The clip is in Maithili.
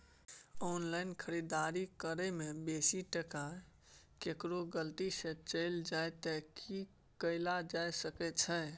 ऑनलाइन खरीददारी करै में बेसी टका केकरो गलती से चलि जा त की कैल जा सकै छै?